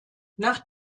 nach